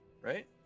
right